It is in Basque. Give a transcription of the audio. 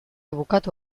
bukatu